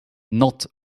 not